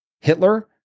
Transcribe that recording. Hitler